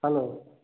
hello